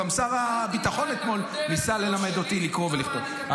אתמול גם שר הביטחון ניסה ללמד אותי לקרוא ולכתוב.